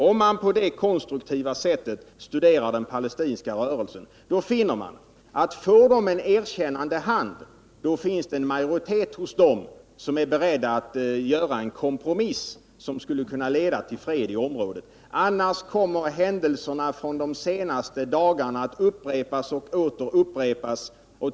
Om man på det konstruktiva sättet studerar den palestinska rörelsen, finner man att en majoritet inom denna, om den möts av en erkännande inställning, är beredd att gå med på en kompromiss, som skulle kunna leda till fred i området. Annars kommer händelserna från de senaste dagarna att upprepas och åter upprepas.